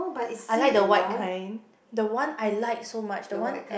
I like the white kind the one I like so much the one at